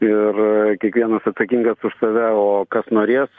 ir kiekvienas atsakingas už save o kas norės